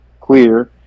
Clear